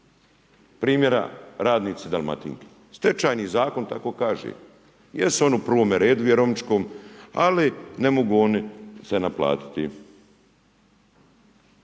Primjera, radnici Dalmatinke. Stečajni zakon tako kaže. Jesu oni u prvome redu vjerovničkom, ali ne mogu oni se naplatiti.